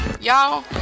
y'all